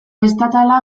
estatala